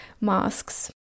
masks